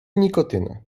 nikotyna